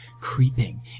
creeping